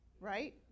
right